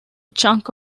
chunk